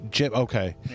Okay